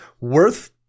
worth